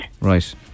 Right